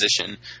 position